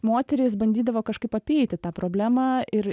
moterys bandydavo kažkaip apeiti tą problemą ir